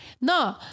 no